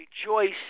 rejoice